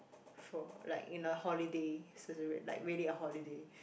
for like in the holidays like really a holiday